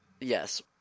Yes